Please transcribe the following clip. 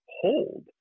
hold